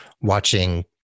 watching